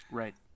right